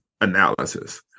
analysis